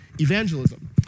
evangelism